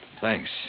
thanks